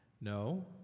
No